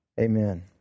amen